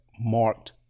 marked